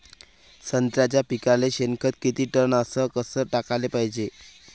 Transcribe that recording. संत्र्याच्या पिकाले शेनखत किती टन अस कस टाकाले पायजे?